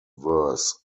verse